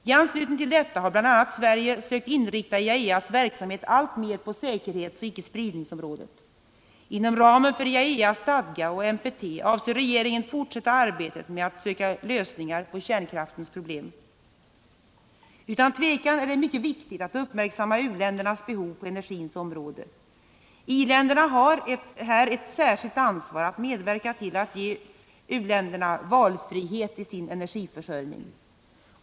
I anslutning till detta har bl.a. Sverige sökt inrikta IAEA:s verksamhet alltmer på säkerhetsoch icke-spridningsområdet. Inom ramen för IAEA:s stadga och NPT avser regeringen fortsätta arbetet med att söka lösningar på kärnkraftens problem. Utan tvekan är det mycket viktigt att uppmärksamma u-ländernas behov på energins område. I-länderna har här ett särskilt ansvar att medverka till att ge u-länderna valfrihet i sin energiförsörjning.